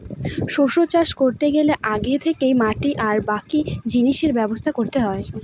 শস্য চাষ করতে গেলে আগে থেকে মাটি আর বাকি জিনিসের ব্যবস্থা করতে হয়